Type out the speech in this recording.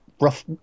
rough